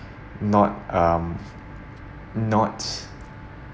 not um not